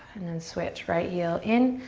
and then switch, right heel in,